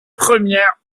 première